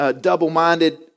Double-minded